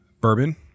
bourbon